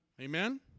Amen